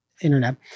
internet